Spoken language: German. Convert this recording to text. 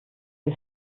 wir